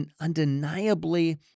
undeniably